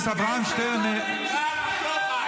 רק כסף אתה יודע לעשות.